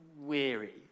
weary